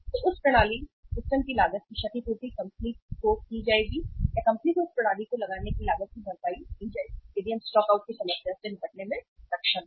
तो उस प्रणाली सिस्टम की लागत की क्षतिपूर्ति कंपनी को की जाएगी या कंपनी को इस प्रणाली को लगाने की लागत की भरपाई की जाएगी यदि हम स्टॉकआउट की समस्या से निपटने में सक्षम हैं